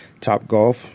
Topgolf